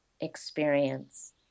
experience